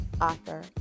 Author